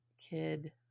Kid